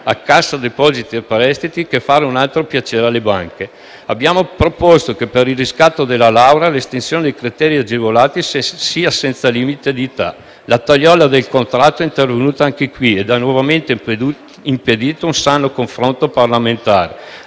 Cassa depositi e prestiti che fare un altro piacere alle banche. Abbiamo proposto che per il riscatto della laurea l'estensione dei criteri agevolati sia senza limite di età. La tagliola del contratto è intervenuta anche qui e ha nuovamente impedito un sano confronto parlamentare,